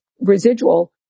residual